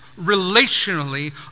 relationally